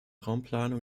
raumplanung